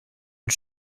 une